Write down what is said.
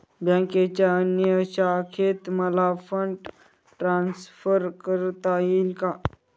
बँकेच्या अन्य शाखेत मला फंड ट्रान्सफर करता येईल का?